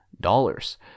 Dollars